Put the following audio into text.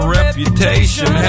reputation